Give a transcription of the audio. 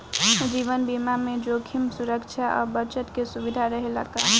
जीवन बीमा में जोखिम सुरक्षा आ बचत के सुविधा रहेला का?